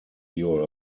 you’re